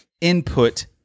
input